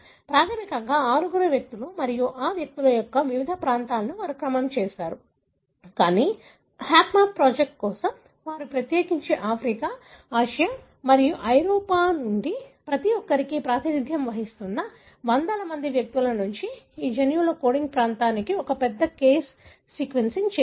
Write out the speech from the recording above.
ప్రాథమికంగా ఆరుగురు వ్యక్తులు మరియు ఈ వ్యక్తుల యొక్క వివిధ ప్రాంతాలను వారు క్రమం చేశారు కానీ హాప్మ్యాప్ ప్రాజెక్ట్ కోసం వారు ప్రత్యేకించి ఆఫ్రికా ఆసియా మరియు ఐరోపా నుండి ప్రతి ఒక్కరికీ ప్రాతినిధ్యం వహిస్తున్న వందలాది వ్యక్తుల నుండి జన్యువుల కోడింగ్ ప్రాంతానికి ఒక పెద్ద కేస్ సీక్వెన్సింగ్ చేసారు